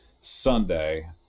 Sunday